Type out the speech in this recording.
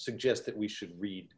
suggest that we should read